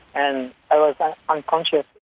and i was unconscious.